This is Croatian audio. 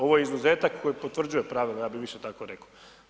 Ovo je izuzetak koji potvrđuje pravilo, ja bi više tako rekao.